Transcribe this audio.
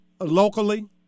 locally